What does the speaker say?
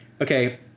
Okay